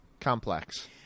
complex